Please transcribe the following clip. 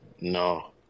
No